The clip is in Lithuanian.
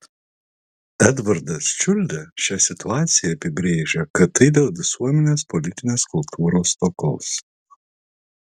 edvardas čiuldė šią situaciją apibrėžė kad tai dėl visuomenės politinės kultūros stokos